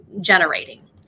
generating